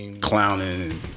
clowning